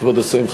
כבוד השרים,